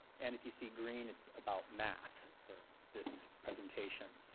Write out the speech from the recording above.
and if you see green it's about math for this presentation.